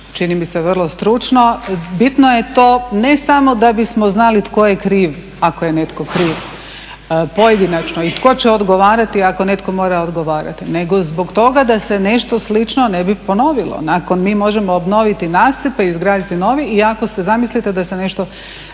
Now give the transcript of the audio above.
čini mi se vrlo stručno. Bitno je to ne samo da bismo znali tko je kriv, ako je netko kriv pojedinačno i tko će odgovarati ako netko mora odgovarati, nego zbog toga da se nešto slično ne bi ponovilo. Mi možemo obnoviti nasip i izgraditi novi i zamislite da se nešto